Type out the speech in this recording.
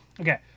Okay